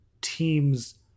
teams